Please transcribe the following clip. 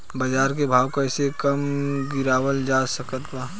बाज़ार के भाव कैसे कम गीरावल जा सकता?